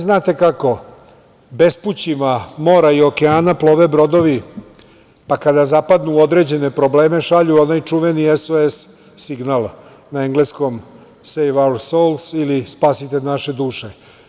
Znate kako, bespućima mora i okeana plove brodovi, pa kada zapadnu u određene probleme šalju onaj čuveni SOS signal, na engleskom „save our souls“ ili „spasite naše duše“